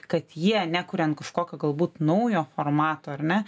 kad jie nekuriant kažkokio galbūt naujo formato ar ne